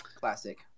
Classic